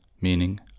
meaning